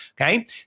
Okay